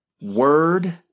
word